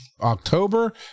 October